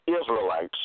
Israelites